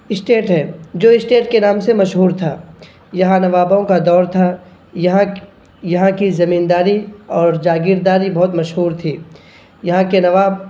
state ہے جو state کے نام سے مشہور تھا یہاں نوابوں کا دور تھا یہاں یہاں کی زمینداری اور جاگیرداری بہت مشہور تھی یہاں کے نواب